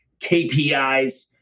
KPIs